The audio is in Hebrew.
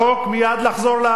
מייד לחזור לעבודה.